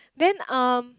then um